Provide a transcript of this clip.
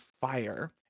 fire